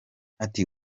ati